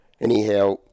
Anyhow